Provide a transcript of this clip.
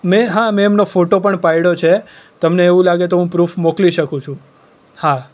મેં હા મેં એમનો ફોટો પણ પાડ્યો છે તમને એવું લાગે તો હું પ્રૂફ મોકલી શકુ છું હા